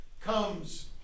comes